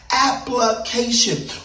Application